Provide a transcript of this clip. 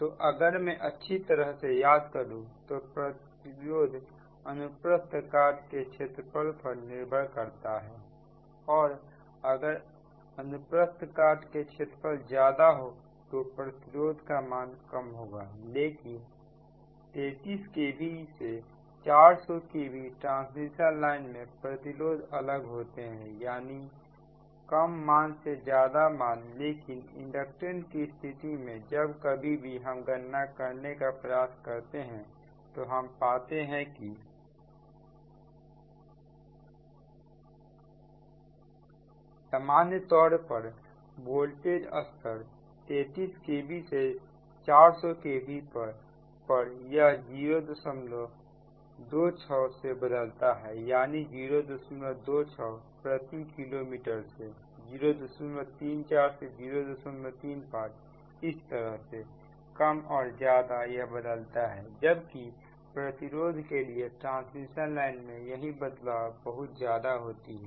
तो अगर मैं अच्छी तरह से याद करूं तो प्रतिरोध अनुप्रस्थ काट के क्षेत्रफल पर निर्भर करता है और अगर अनुप्रस्थ काट के क्षेत्रफल ज्यादा हो तो प्रतिरोध का मान कम होगा लेकिन 33kv से 400kv ट्रांसमिशन लाइन में प्रतिरोध अलग होते हैं यानी कम मान से ज्यादा मान लेकिन इंडक्टेंस की स्थिति में जब कभी भी हम गणना करने का प्रयास करते हैं तो हम पाते हैं कि सामान्य तौर पर वोल्टेज स्तर 33kv से 400 kv पर यह 026 से बदलता है यानी 026 प्रति किलोमीटर से 034 से 035 इस तरह से कम और ज्यादा यह बदलता है जबकि प्रतिरोध के लिए ट्रांसमिशन लाइन में यही बदलाव बहुत ज्यादा होती है